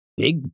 big